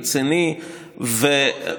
רציני --- ברור.